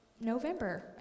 november